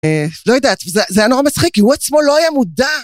לא יודעת, וזה זה היה נורא מצחיק, כי הוא עצמו לא היה מודע.